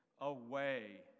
away